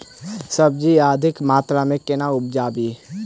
सब्जी अधिक मात्रा मे केना उगाबी?